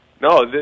No